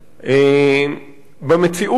במציאות הזו,